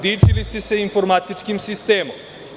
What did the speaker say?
Dičili ste se informatičkim sistemom.